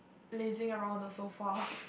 lazing around the sofa